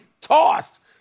tossed